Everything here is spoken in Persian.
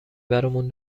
برامون